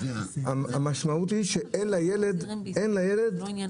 המשמעות היא שאין לילד איפה,